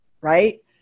right